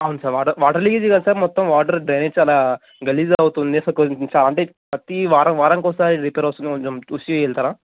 అవును సార్ వా వాటర్ లీకేజే కాదు సార్ మొత్తం వాటర్ డ్రైనేజ్ చాలా గలీజ్ అవుతుంది సార్ కొంచెం సా అంటే ప్రతీ వారం వారానికోసారి రిపేర్ వస్తుంది కొంచెం చూసి వెళ్తారా